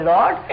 Lord